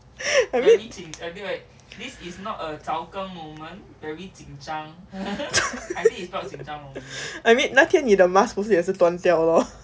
I mean I mean 那天你的 mask 不是也是断掉 lor